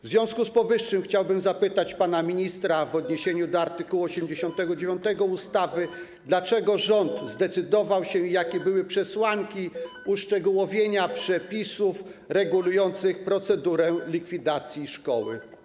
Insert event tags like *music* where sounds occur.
W związku z powyższym chciałbym zapytać pana ministra *noise* w odniesieniu do art. 89 ustawy, dlaczego rząd zdecydował się, jakie były przesłanki uszczegółowienia przepisów regulujących procedurę likwidacji szkoły.